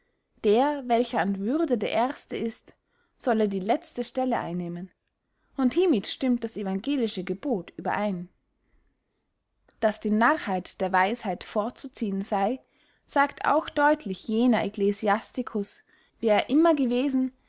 der welcher an würde der erste ist solle die letzte stelle einnehmen und hiemit stimmt das evangelische gebot überein daß die narrheit der weisheit vorzuziehen sey sagt auch deutlich jener ecclesiasticus wer er immer gewesen